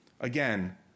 again